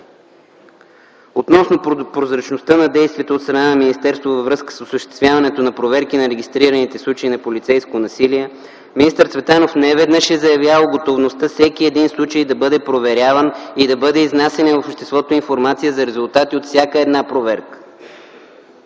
Относно прозрачността на действията от страна на министерството във връзка с осъществяването на проверки на регистрираните случаи на полицейско насилие, министър Цветанов неведнъж е заявявал готовността всеки един случай да бъде проверяван и да бъде изнасяна в обществото информация за резултати от всяка една проверка.